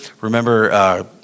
remember